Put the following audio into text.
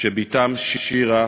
שבתם שירה,